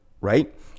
Right